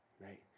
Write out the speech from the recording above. right